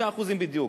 6% בדיוק.